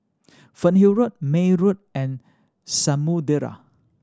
Fernhill Road May Road and Samudera